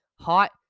Hot